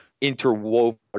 interwoven